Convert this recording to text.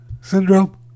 syndrome